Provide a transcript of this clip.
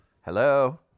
Hello